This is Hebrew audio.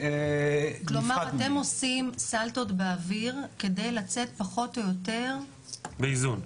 כלומר אתם עושים סלטות באוויר כדי לצאת פחות או יותר באיזון.